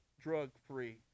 drug-free